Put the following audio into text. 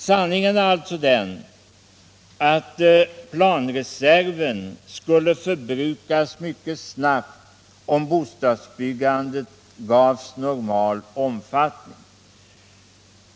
Sanningen är alltså den att planreserven skulle förbrukas mycket snabbt om bostadsbyggandet gavs normal omfattning.